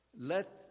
Let